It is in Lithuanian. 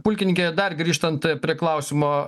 pulkininke dar grįžtant prie klausimo